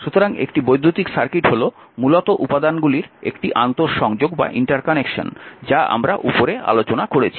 সুতরাং একটি বৈদ্যুতিক সার্কিট হল মূলত উপাদানগুলির একটি আন্তঃসংযোগ যা আমরা উপরে আলোচনা করেছি